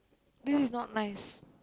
this is not nice